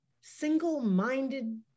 single-minded